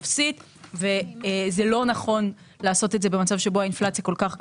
אפסית וזה לא נכון לעשות את זה במצב שבו האינפלציה כל כך גבוהה,